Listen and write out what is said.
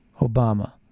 Obama